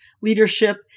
leadership